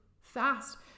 fast